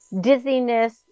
dizziness